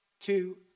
Two